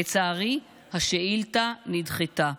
לצערי השאילתה נדחתה.